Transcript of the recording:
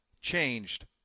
changed